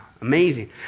amazing